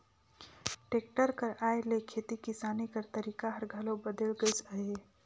tractor कर आए ले खेती किसानी कर तरीका हर घलो बदेल गइस अहे